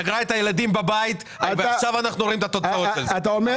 סגרה את הילדים בבית ועכשיו אנחנו רואים את התוצאות של זה.